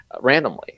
randomly